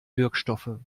wirkstoffe